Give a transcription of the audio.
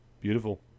Beautiful